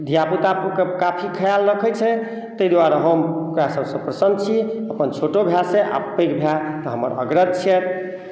धियापुताके काफी खयाल रखै छै ताहि दुआरे हम हुनका सभसँ प्रसन्न छी अपन छोटो भायसँ आ पैघ भाए तऽ हमर अग्रज छियथि